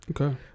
Okay